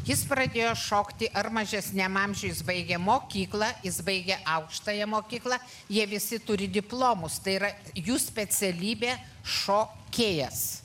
jis pradėjo šokti ar mažesniam amžiuj jis baigė mokyklą jis baigė aukštąją mokyklą jie visi turi diplomus tai yra jų specialybė šokėjas